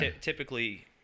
typically